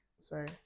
sorry